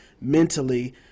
mentally